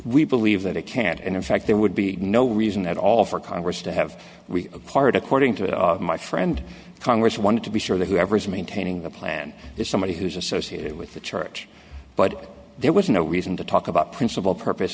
we believe that it can't and in fact there would be no reason at all for congress to have we a part according to my friend congress wanted to be sure that whoever is maintaining the plan is somebody who's associated with the church but there was no reason to talk about principal purpose